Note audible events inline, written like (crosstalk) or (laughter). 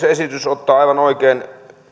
(unintelligible) esitys ottaa aivan oikein